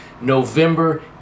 November